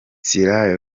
sierra